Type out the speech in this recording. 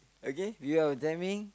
okay beware of timing